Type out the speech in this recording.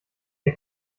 der